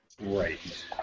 Right